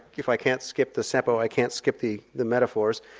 if i can't skip the seppo, i can't skip the the metaphors,